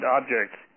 objects